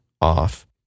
off